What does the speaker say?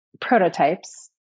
prototypes